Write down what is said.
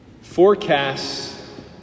Forecasts